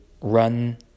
run